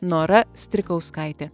nora strikauskaitė